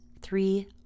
three